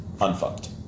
Unfucked